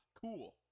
Cool